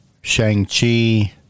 Shang-Chi